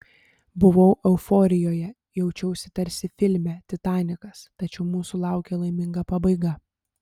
buvau euforijoje jaučiausi tarsi filme titanikas tačiau mūsų laukė laiminga pabaiga